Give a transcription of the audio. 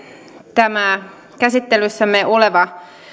tämä käsittelyssämme oleva